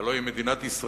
הלוא היא מדינת ישראל,